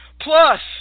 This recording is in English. Plus